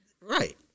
Right